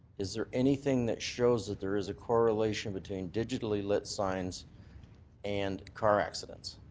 is there anything that shows that there is a correlation between digitally lit signs and car accidents?